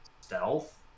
Stealth